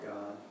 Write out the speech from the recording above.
God